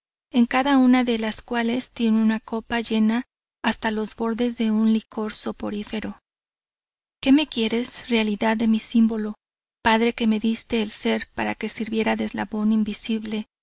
en cada una de las cuales tiene una copa llena hasta los bordes de un licor soporífero que me quieres realidad de mi símbolo padre que me diste el ser para que sirviera de eslabón invisible